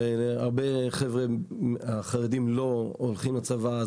והרבה חבר'ה החרדים לא הולכים לצבא,